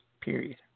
Period